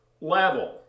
level